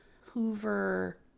hoover